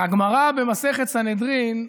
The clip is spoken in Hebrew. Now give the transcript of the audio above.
הגמרא במסכת סנהדרין,